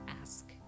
ask